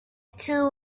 too